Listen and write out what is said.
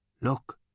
Look